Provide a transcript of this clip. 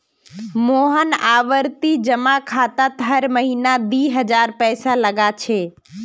मोहन आवर्ती जमा खातात हर महीना दी हजार पैसा लगा छे